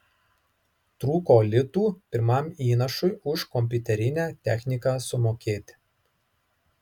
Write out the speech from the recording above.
trūko litų pirmam įnašui už kompiuterinę techniką sumokėti